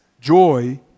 Joy